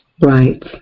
Right